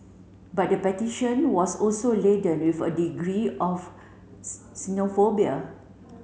but the petition was also laden with a degree of xenophobia